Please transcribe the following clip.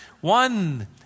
One